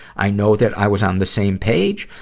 i know that i was on the same page.